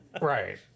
Right